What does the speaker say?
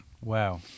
Wow